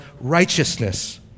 righteousness